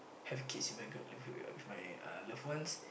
have kids with my girl with my with my uh loved ones